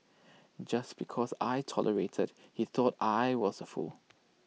just because I tolerated he thought I was A fool